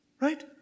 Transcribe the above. right